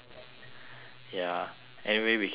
ya anyway we can use this laptop